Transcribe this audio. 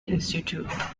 institute